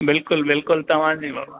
बिल्कुलु बिल्कुलु तव्हां जी बाबा